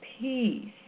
peace